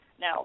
Now